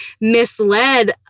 misled